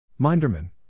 Minderman